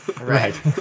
Right